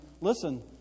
listen